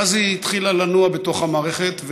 ואז היא התחילה לנוע בתוך המערכת,